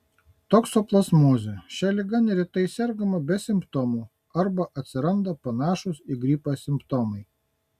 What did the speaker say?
toksoplazmozė šia liga neretai sergama be simptomų arba atsiranda panašūs į gripą simptomai